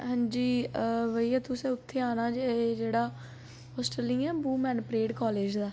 हां जी भेइया तुसें उत्थै आना जित्थै होस्टल नीं ऐ परेड कालेज दा